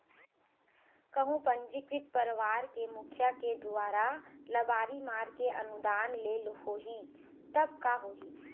कहूँ पंजीकृत परवार के मुखिया के दुवारा लबारी मार के अनुदान ले होही तब का होही?